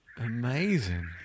Amazing